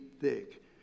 thick